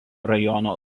rajono